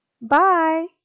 Bye